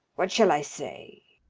what shall i say?